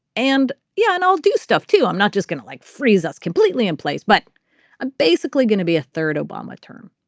and yeah and i'll do stuff too. i'm not just going to like freeze us completely in place but basically going to be a third obama term